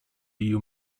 you